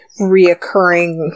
reoccurring